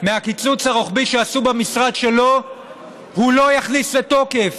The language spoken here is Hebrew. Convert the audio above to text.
מהקיצוץ הרוחבי שעשו במשרד שלו הוא לא יכניס לתוקף,